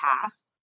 pass